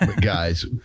guys